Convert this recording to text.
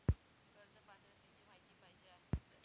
कर्ज पात्रतेची माहिती पाहिजे आहे?